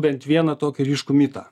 bent vieną tokį ryškų mitą